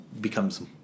becomes